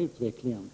mycket noga.